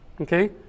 Okay